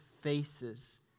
faces